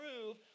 prove